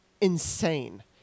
insane